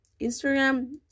Instagram